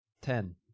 ten